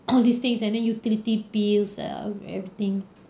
all these things and then utility bills err everything